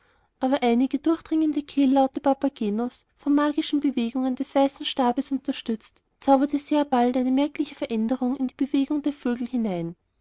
aber einige durchdringende kehllaute papagenos von magischen bewegungen des weißen stabes unterstützt zauberte sehr bald eine merkliche veränderung in die bewegungen der vögel hinein